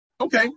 okay